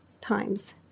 times